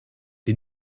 des